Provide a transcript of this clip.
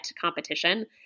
competition